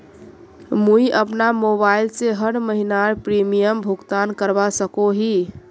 मुई अपना मोबाईल से हर महीनार प्रीमियम भुगतान करवा सकोहो ही?